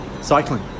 cycling